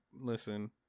Listen